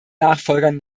nachfolgern